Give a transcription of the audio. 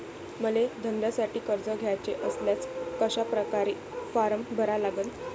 मले धंद्यासाठी कर्ज घ्याचे असल्यास कशा परकारे फारम भरा लागन?